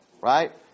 right